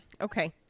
Okay